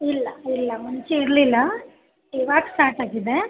ಇಲ್ಲ ಇಲ್ಲ ಮುಂಚೆ ಇರಲಿಲ್ಲ ಇವಾಗ ಸ್ಟಾಟ್ ಆಗಿದೆ